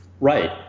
Right